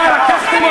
מי היה בכיכרות?